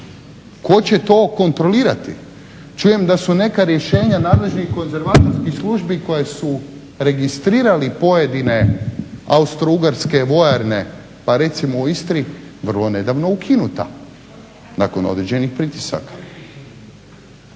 Tko će to kontrolirati? Čujem da su neka rješenja nadležnih konzervatorskih službi koje su registrirali pojedine austrougarske vojarne pa recimo u Istri vrlo nedavno ukinuta nakon određenih pritisaka.